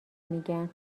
میگن